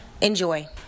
Enjoy